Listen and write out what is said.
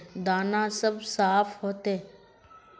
दाना सब साफ होते?